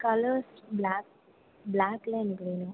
colours black பிளாக்கில் எனக்கு வேணும்